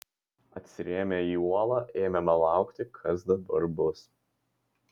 atsirėmę į uolą ėmėme laukti kas dabar bus